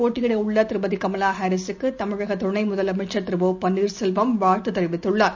போட்டியிடவுள்ளதிருமதிகமலாஹாரிஸ் க்குதமிழகதுணைமுதலமைச்சர் தேர்தலில் திரு பன்னீர்செல்வம் வாழ்த்துதெரிவித்துள்ளார்